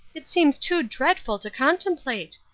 it seems too dreadful to contemplate.